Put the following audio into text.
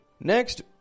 Next